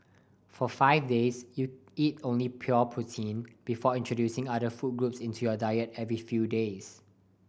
for five days you eat only pure protein before introducing other food groups into your diet every few days